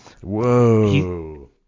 Whoa